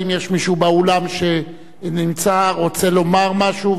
האם יש מישהו באולם שנמצא ורוצה לומר משהו?